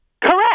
Correct